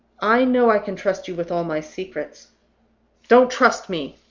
i know i can trust you with all my secrets don't trust me!